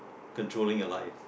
controlling your life